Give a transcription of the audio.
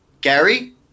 Gary